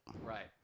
Right